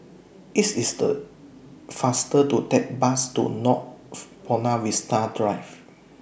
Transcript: IT IS The faster to Take Bus to North Buona Vista Drive